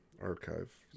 Archive